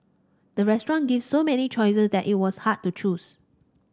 the restaurant gave so many choices that it was hard to choose